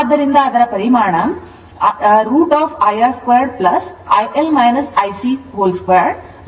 ಆದ್ದರಿಂದ ಅದರ ಪರಿಮಾಣ √ IR2 2 ಮತ್ತು ಕೋನ tan inverse IL ICR ಆಗಿರುತ್ತದೆ